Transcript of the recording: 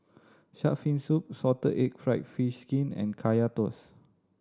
Shark's Fin Soup salted egg fried fish skin and Kaya Toast